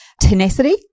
Tenacity